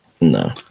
No